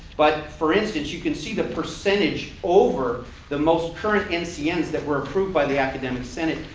but for instance you can see the percentage over the most current ncns that were approved by the academic senate.